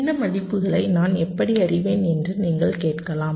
இந்த மதிப்புகளை நான் எப்படி அறிவேன் என்று நீங்கள் கேட்கலாம்